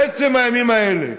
בעצם הימים האלה,